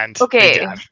Okay